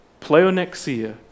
Pleonexia